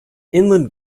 inland